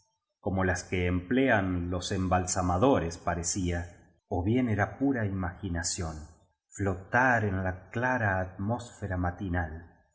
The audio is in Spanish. como las que em plean los embalsamadores parecía ó bien era pura imagina ción flotar en la clara atmósfera matinal